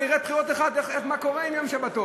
נראה שנה אחת מה קורה עם יום שבתון.